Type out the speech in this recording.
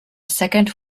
second